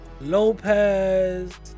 Lopez